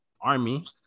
army